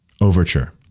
overture